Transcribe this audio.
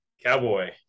Cowboy